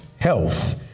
health